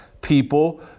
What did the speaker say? people